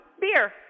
beer